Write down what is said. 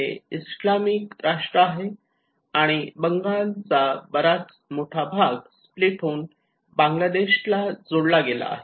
हे इस्लामिक राष्ट्र आहे आणि बंगालचा बराच मोठा भाग स्प्लिट होऊन बांगलादेश ला जोडला गेला आहे